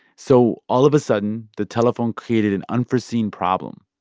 so all of a sudden, the telephone created an unforeseen problem.